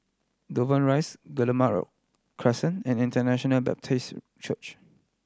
Dover Rise Guillemard Crescent and International Baptist Church